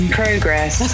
progress